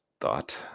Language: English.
thought